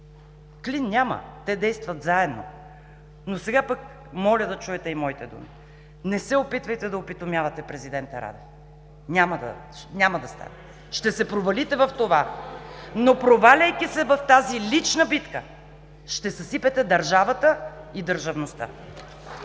Клин няма. Те действат заедно! Сега пък моля да чуете и моите думи: не се опитвайте да опитомявате президента Радев! Няма да стане. Ще се провалите в това. Проваляйки се обаче в тази лична битка, ще съсипете държавата и държавността!